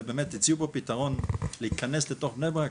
והציעו פה פתרון להיכנס לתוך בני ברק,